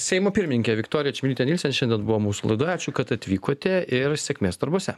seimo pirmininkė viktorija čmilytė nielsen šiandien buvo mūsų laidoje ačiū kad atvykote ir sėkmės darbuose